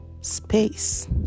space